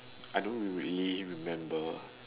I don't really remember